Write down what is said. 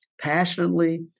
passionately